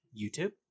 YouTube